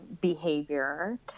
behavior